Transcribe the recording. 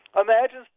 Imagine